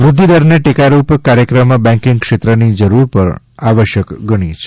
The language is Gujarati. વૃઘ્ઘિદરને ટેકારૂપ કાર્યક્રમ બેન્કિંગ ક્ષેત્રની જરૂર પણ આવશ્યક ગણી છે